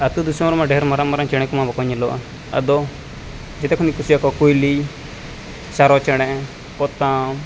ᱟᱹᱛᱩ ᱫᱤᱥᱚᱢ ᱨᱮᱢᱟ ᱰᱷᱮᱨ ᱢᱟᱨᱟᱝ ᱢᱟᱨᱟᱝ ᱪᱮᱬᱮ ᱠᱚᱢᱟ ᱵᱟᱠᱚ ᱧᱮᱞᱚᱜᱼᱟ ᱟᱫᱚ ᱡᱮᱛᱮ ᱠᱷᱚᱱᱤᱧ ᱠᱩᱥᱤᱭᱟᱠᱚᱣᱟ ᱠᱩᱭᱞᱤ ᱥᱟᱨᱚ ᱪᱮᱬᱮ ᱯᱚᱛᱟᱢ